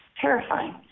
terrifying